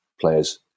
players